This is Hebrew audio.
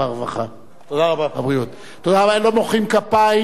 לא מוחאים כפיים, הוא ייקח את זה ברצינות רבה מדי.